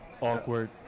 Awkward